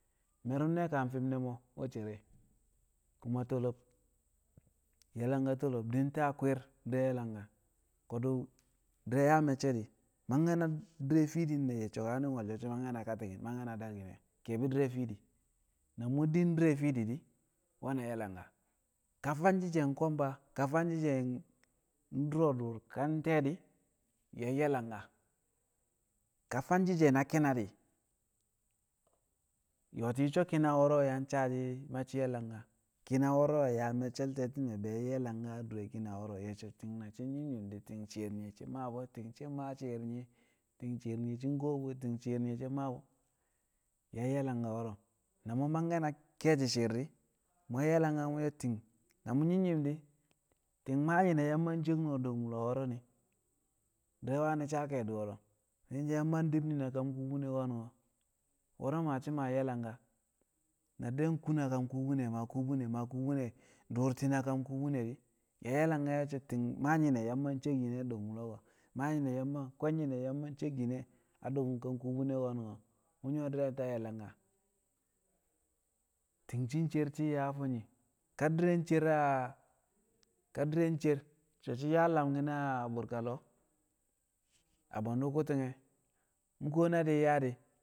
me̱ru̱m ne̱ kam fi̱m ne̱ mo̱ we̱ cere kuma tolob ye̱ langka tolob di̱ ta a kwir di̱re̱ ye̱ langka ko̱du̱ di̱re̱ yaa me̱cce̱ di̱ mangke̱ na di̱re̱ fiidi ye̱ so̱ wolsho shi̱ mangke̱ na kati̱ki̱ne mangke̱ na dadki̱ne̱ ke̱e̱bi̱ di̱re̱ fiidi na muddin di̱re̱ fiidi di̱ wani̱ ye̱ langka ka fanshi̱ ko̱mba ka fanshi̱ she̱ du̱ro̱ duur ka te̱e̱ di̱ yang ye̱ langka ka fanshi̱ she̱ na ki̱na di̱ yo̱o̱ti̱ shi̱ so̱ ki̱na wo̱ro̱ yang saa shi̱ ma shi ye̱ langka ki̱na wo̱ro̱ a yaa me̱cce̱l te̱ti̱me̱ be̱ yang ye̱ langka a dure ki̱na wo̱ro̱ ye̱ so̱ ti̱ng na shi̱ nyi̱m nƴi̱m di̱ ti̱ng shi̱i̱r shi̱ maa bu̱ ti̱ng shi̱ maa shi̱i̱r nyi ti̱ng shi̱ kuwo bu̱ ti̱ng shi̱ maa bu̱ yang ye langka wo̱ro̱ na mu̱ mangke̱ na ke̱e̱shi̱ shi̱i̱r di̱ mu̱ yang ye̱ langka mu̱ so̱ ti̱ng na mu̱ nyi̱m nyi̱m di̱ ti̱ng maa nyine Yamba cekno a du̱ku̱m lo̱o̱ wo̱ro̱ ni di̱ɪe̱ wani̱ saa ke̱e̱di̱ wo̱ro̱ mu̱ so̱ Yamba di̱bnɪn a kam kubine ko̱nu̱n wo̱ro̱ shi̱ ma ye̱ langka, na di̱re̱ kun a kam kubine maa kubine maa kubine maa kubine duurtin a kam kubine di̱ yang ye̱ langka so̱ ti̱ng maa nyine Yamba cek nyine du̱ku̱m lo̱o̱ ko̱ maa nyine Yamba kwe̱nyi̱ne̱ Yamba cek shi̱nẹ a du̱ku̱m a kam kubine ko̱ ti̱ng mu̱ nyu̱wo̱ di̱re̱ ta ye̱ langka ting shi̱ cere shi̱ yaa a funung ka di̱re̱ cer a ka di̱re̱ cer so̱ shi̱ yaa lamkɪn a burka lo̱o̱ a bwe̱ndu̱ ku̱tu̱nge̱ mu̱ kuwo na di̱ yaa di̱.